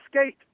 skate